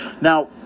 now